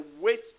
wait